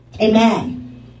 Amen